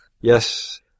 Yes